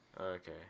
Okay